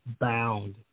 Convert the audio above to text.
bound